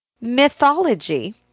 mythology